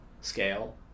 scale